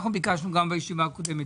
אנחנו ביקשנו גם בישיבה הקודמת,